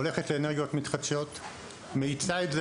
הולכת לאנרגיות מתחדשות ומאיצה את זה